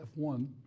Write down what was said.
F1